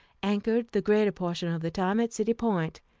anchored the greater portion of the time at city point,